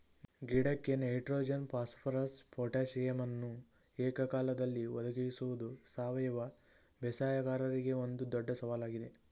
ಗಿಡಕ್ಕೆ nitrogen phosphorus ಪೊಟಾಸಿಯಮನ್ನು ಏಕಕಾಲದಲ್ಲಿ ಒದಗಿಸುವುದು ಸಾವಯವ ಬೇಸಾಯಗಾರರಿಗೆ ಒಂದು ದೊಡ್ಡ ಸವಾಲಾಗಿದೆ